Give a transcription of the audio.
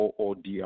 OOD